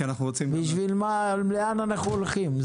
בשביל מה, לאן אנחנו הולכים?